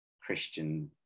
christian